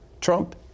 Trump